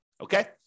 okay